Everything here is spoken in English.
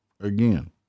again